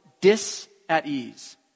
dis-at-ease